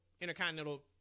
Intercontinental